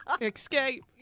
Escape